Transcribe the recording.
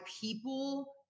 people